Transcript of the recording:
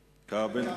כבל.